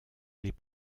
les